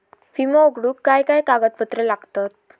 विमो उघडूक काय काय कागदपत्र लागतत?